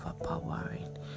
overpowering